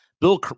Bill